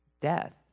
death